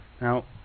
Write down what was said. Now